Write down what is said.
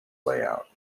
layout